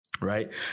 Right